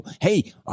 Hey